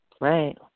Right